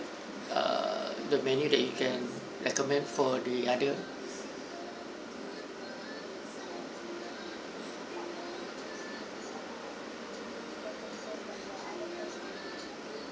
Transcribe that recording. err the menu that you can recommend for the other